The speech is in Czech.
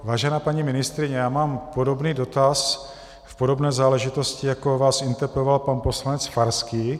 Vážená paní ministryně, já mám podobný dotaz v podobné záležitosti, jako vás interpeloval pan poslanec Farský.